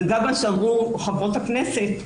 וגם מה שאמרו חברות הכנסת,